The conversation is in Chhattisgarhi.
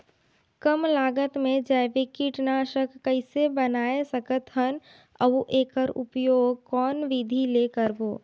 कम लागत मे जैविक कीटनाशक कइसे बनाय सकत हन अउ एकर उपयोग कौन विधि ले करबो?